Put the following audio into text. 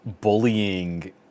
bullying